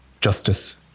justice